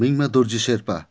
Mingma Dorji Sherpa